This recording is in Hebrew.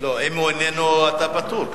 אם הוא איננו, אתה פטור.